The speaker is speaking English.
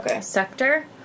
sector